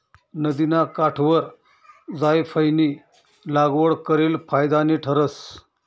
नदिना काठवर जायफयनी लागवड करेल फायदानी ठरस